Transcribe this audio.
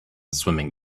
swimming